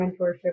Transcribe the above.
mentorship